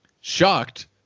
shocked